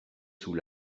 sous